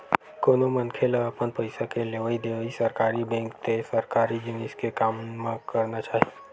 कोनो मनखे ल अपन पइसा के लेवइ देवइ सरकारी बेंक ते सरकारी जिनिस के काम म करना चाही